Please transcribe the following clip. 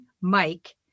Mike